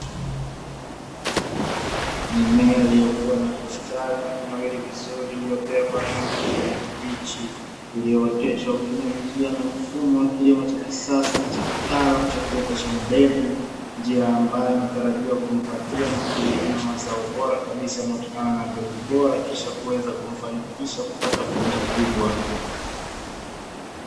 Mimea iliyokuwa na kustawi na kunawiri vizuri iliyopea narangi ya kijani kibichi, iliyooteshwa kwa kutumia nija na mfumo wa kilimo cha kisasa na cha kitaalamu cha kuotesha mbegu, njia ambayo inatarajiwa kumpatia mkulima mazao bora kabisa yanayotokana na mbegu bora kisha kuweza kufanikisha kupata faida kubwa.